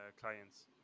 clients